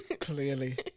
clearly